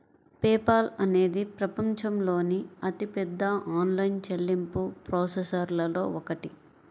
pay Paul అనేది ప్రపంచంలోని అతిపెద్ద ఆన్లైన్ చెల్లింపు ప్రాసెసర్లలో ఒకటి